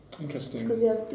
Interesting